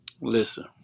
Listen